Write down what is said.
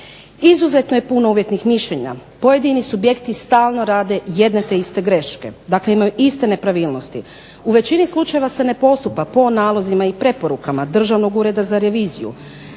izuzetno je puno uvjetnih mišljenja. Pojedini subjekti stalno rade jedne te iste greške. Dakle, imaju iste nepravilnosti. U većini slučajeva se ne postupa po nalozima i preporukama Državnog ureda za reviziju.